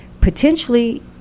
Potentially